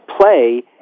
play